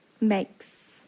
makes